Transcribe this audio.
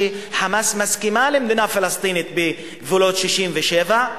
ש"חמאס" מסכימה למדינה פלסטינית בגבולות 67',